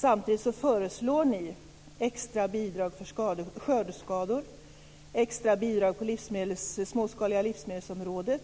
Samtidigt föreslår ni extra bidrag för skördeskador, extra bidrag på området småskaliga livsmedel,